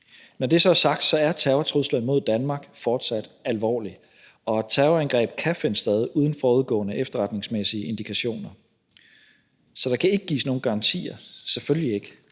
Når det så er sagt, er terrortruslen mod Danmark fortsat alvorlig, og et terrorangreb kan finde sted uden forudgående efterretningsmæssige indikationer. Så der kan ikke gives nogen garantier, selvfølgelig ikke,